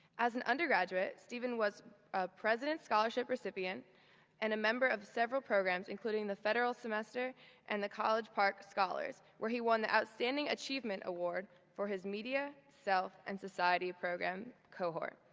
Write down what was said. as an undergraduate, steven was a president scholarship recipient and a member of several programs including the federal semester and the college park scholars where he won the outstanding achievement award for his media self and society program cohort.